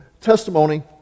testimony